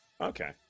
Okay